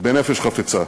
בנפש חפצה.